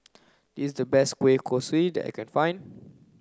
is the best Kueh Kosui that I can find